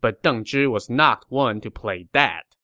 but deng zhi was not one to play that